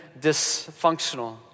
dysfunctional